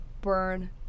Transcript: burn